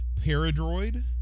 Paradroid